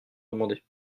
demandé